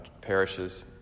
parishes